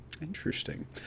Interesting